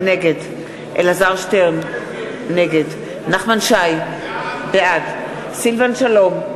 נגד אלעזר שטרן, נגד נחמן שי, בעד סילבן שלום,